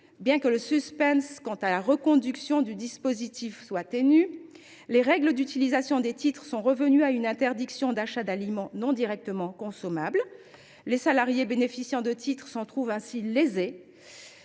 bien que le suspense quant à la reconduction du dispositif soit ténu, les règles d’utilisation des titres sont revenues à l’interdiction d’achat d’aliments non directement consommables. Les salariés bénéficiant de titres s’en trouvent lésés